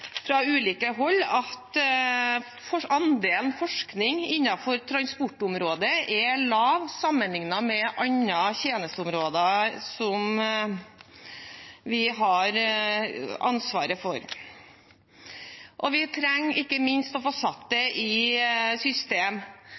fra ulike hold har vært at andelen forskning innenfor transportområdet er lav sammenlignet med andre tjenesteområder som vi har ansvaret for. Vi trenger ikke minst å få satt dette i system.